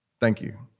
thank you